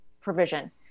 provision